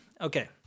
Okay